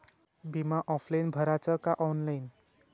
बिमा ऑफलाईन भराचा का ऑनलाईन?